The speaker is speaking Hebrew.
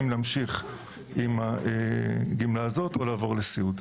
האם להמשיך עם גמלת השירותים המיוחדים או לעבור לסיעוד.